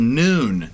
noon